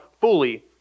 fully